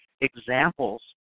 examples